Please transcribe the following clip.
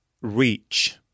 reach